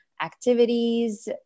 activities